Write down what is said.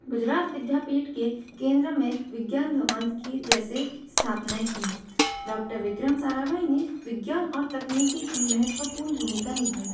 गुजरात विद्यापीठ के केंद्र में विज्ञान भवन कि जैसे स्थापनायें की डॉक्टर विक्रम साराभाई ने विज्ञान और तकनीकी की महत्वपूर्ण भूमिका निभाई